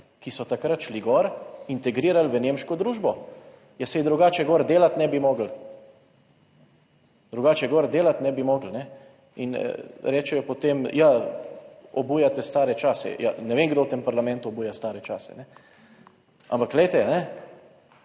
ki so takrat šli gor, integrirali v nemško družbo? Ja, saj drugače gor delati ne bi mogli, drugače gor delati ne bi mogli, in rečejo potem, ja, obujate stare čase, ja, ne vem kdo v tem parlamentu obuja stare čase. Ampak glejte, moj